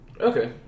Okay